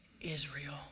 Israel